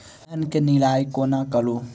धान केँ निराई कोना करु?